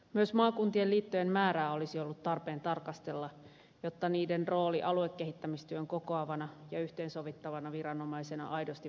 myös maakuntien liittojen määrää olisi ollut tarpeen tarkastella jotta niiden rooli aluekehittämistyötä kokoavana ja yhteensovittavana viranomaisena aidosti vahvistuisi